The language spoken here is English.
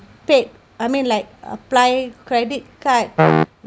paid I mean like apply credit card